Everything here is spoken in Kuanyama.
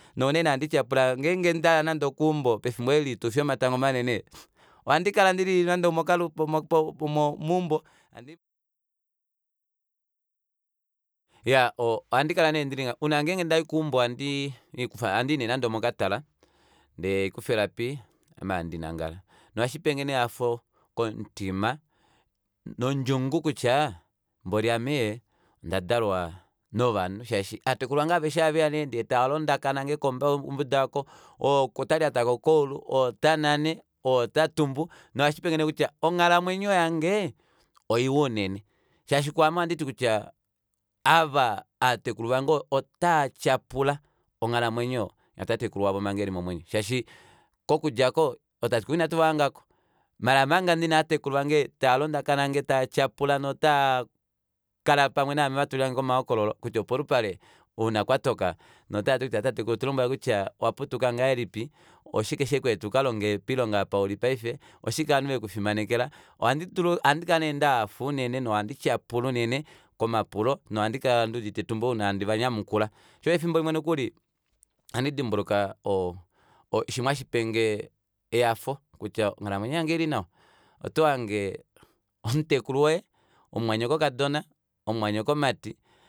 Nounene ohandi tyapula ngenge ndaya nande okeumbo pefimbo eli loitufi yomatango manene ohandi kala ndili nande omo- mo memumbo handi iyaa ohandi kala nee ndili ngaha una ngenge ndayi keumbo ohandii nee nande omokatala ndee haikufa elapi ame handi nangala nohashipenge nee ehafo komutima nondjungu kutya mboli ame ee ondadalwa novanhu shaashi ovatekulu vange aveshe ohaveya nee ndee talondakanange kombuda aako ou otalyata kokaulu ou otanane ou otatumbu nohashipenge nee kutya onghalamwenyo yange oiwa unene shaashi kwaame ohanditi kutya ava aatekulu vange otaatyapula onghalamwenyo yatatekulu wavo manga eli momwenyo shaashi kokudjako oo tateulu inatu vahangako maala omanga ndina ovatekulu vange taalondakanange taatyapula notaa kala pamwe naame vatulilangeko omahokololo kutya opolupale uuna kwatoka notaati kutya tatekulu tulombwela kutya owaputuka ngahelipi oshike shekweeta ukalonge poilonga apa uli paife oshike ovanhu vekufimanekela ohandikala nee ndahafa unene nohandi tyapula unene komapulo nohandi kala nduudite etumba ouna handi vanyamukula shoo osho efimbo limwe nokuli ohandi dimbuluka oo ee shimwe hashipenge ehafo kutya onghalamwenyo yange oili nawa otohange omutekulu woye omumwanyokokadona omumwanyokomati